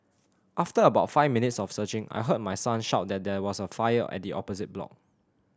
after about five minutes of searching I heard my son shout that there was a fire at the opposite block